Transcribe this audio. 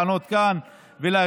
לענות כאן ולהשיב,